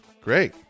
Great